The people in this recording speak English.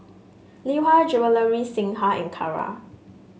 Lee Hwa Jewellery Singha and Kara